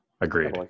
Agreed